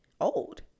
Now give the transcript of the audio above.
old